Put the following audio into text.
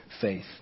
faith